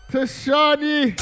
Tashani